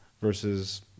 versus